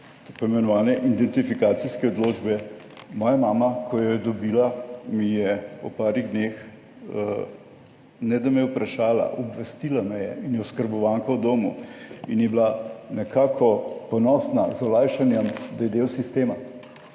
imenovane identifikacijske odločbe. Moja mama, ko jo je dobila, mi je po parih dneh, ne da me je vprašala, obvestila me je in je oskrbovanka v domu in je bila nekako ponosna z olajšanjem, da je del sistema.